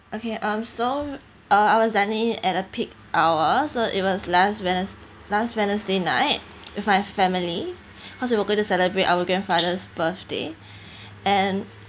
okay um so uh I was dining at a peak hour so it was last wedn~ last wednesday night with my family cause we were going to celebrate our grandfather's birthday and